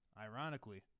ironically